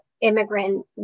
immigrant